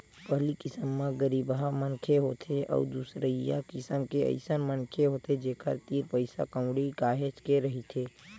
पहिली किसम म गरीबहा मनखे होथे अउ दूसरइया किसम के अइसन मनखे होथे जेखर तीर पइसा कउड़ी काहेच के रहिथे